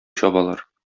чабалар